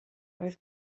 doedd